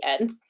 end